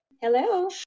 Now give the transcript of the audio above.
Hello